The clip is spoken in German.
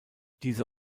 diese